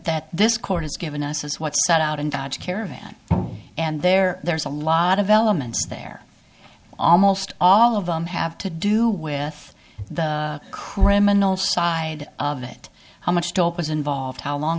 court has given us is what set out and dodge caravan and there there's a lot of elements there almost all of them have to do with the criminal side of it how much dope is involved how long